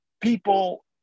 people